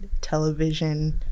television